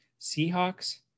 Seahawks